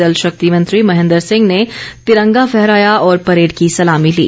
जलशक्ति मंत्री महेंद्र सिंह ने तिरंगा फहराया और परेड की सलामी ली